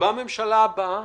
בממשלה הבאה,